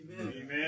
Amen